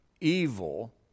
evil